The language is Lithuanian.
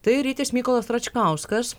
tai rytis mykolas račkauskas